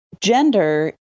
Gender